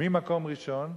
מי מקום ראשון?